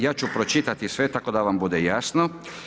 Ja ću pročitati sve, tako da vam bude jasno.